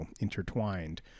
intertwined